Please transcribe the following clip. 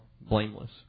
blameless